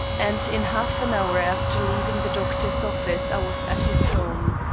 and in half an hour after leaving the doctor's office i was at his home.